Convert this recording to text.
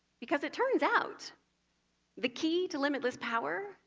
because it turns out the key to limitless power